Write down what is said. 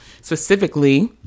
Specifically